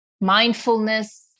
mindfulness